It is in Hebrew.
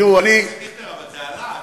תראו, אני, חבר הכנסת דיכטר, אבל זה עלה.